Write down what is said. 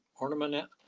ornament